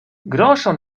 groŝon